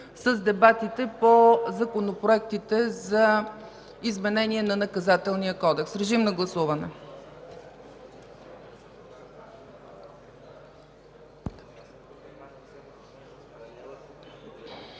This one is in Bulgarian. с дебатите по проектите за изменение на Наказателния кодекс. Режим на гласуване.